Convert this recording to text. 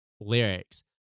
lyrics